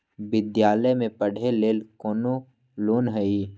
विद्यालय में पढ़े लेल कौनो लोन हई?